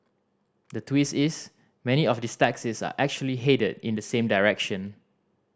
the twist is many of these taxis are actually headed in the same direction